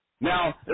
Now